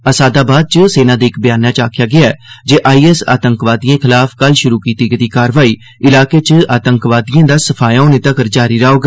असादाबाद च सेना दे इक ब्याने च आक्खेआ गेआ ऐ जे आई एस आतंकवादियें खलाफ कल शुरू कीती गेदी कार्रवाई इलाकें च आतंकवादियें दा सफाया होने तक्कर जारी रौह्ग